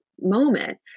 moment